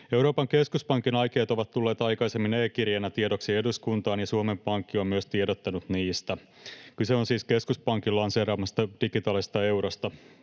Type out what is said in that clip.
Euroopan keskuspankin aikeet ovat tulleet aikaisemmin E-kirjeenä tiedoksi eduskuntaan, ja myös Suomen Pankki on tiedottanut niistä. Kyse on siis keskuspankin lanseeraamasta digitaalisesta eurosta.